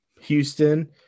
Houston